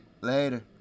Later